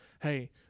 hey